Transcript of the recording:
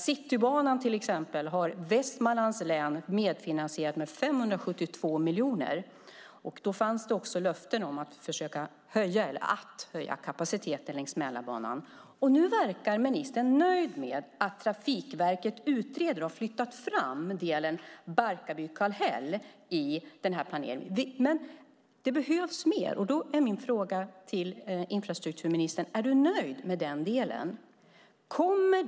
Citybanan har till exempel Västmanlands län medfinansierat med 572 miljoner. Då fanns det också löften om att höja kapaciteten längs Mälarbanan. Nu verkar ministern nöjd med att Trafikverkets utredare har flyttat fram delen Barkarby-Kallhäll i planeringen. Men det behövs mer. Och då är min fråga till infrastrukturministern: Är du nöjd med den delen?